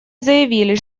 заявили